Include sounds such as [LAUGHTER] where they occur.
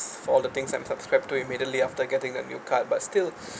for the things I'm subscribed to immediately after getting a new card but still [BREATH]